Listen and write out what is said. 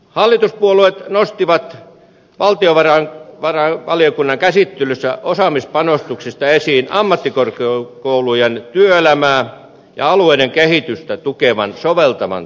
hallituspuolueet nostivat valtiovarainvaliokunnan käsittelyssä osaamispanostuksista esiin ammattikorkeakoulujen työelämää ja alueiden kehitystä tukevan soveltavan tutkimustyön